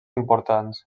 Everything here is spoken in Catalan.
importants